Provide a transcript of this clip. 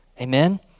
Amen